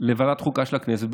לוועדת החוקה של הכנסת,